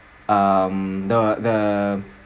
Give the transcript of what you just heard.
um the the